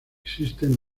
existen